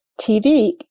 TV